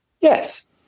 Yes